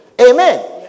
Amen